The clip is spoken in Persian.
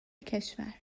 کشور